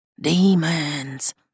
demons